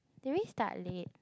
did we start late